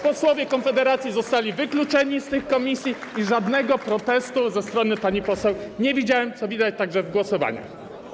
Posłowie Konfederacji zostali wykluczeni z tych komisji i żadnego protestu ze strony pani poseł nie widziałem, co widać także w głosowaniach.